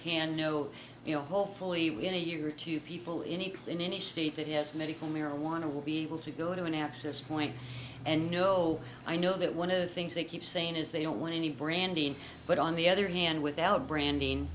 can know you know hopefully within a year or two people in it in any state that has medical marijuana will be able to go to an access point and you know i know that one of the things they keep saying is they don't want any branding but on the other hand without branding